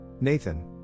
Nathan